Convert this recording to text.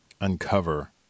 Uncover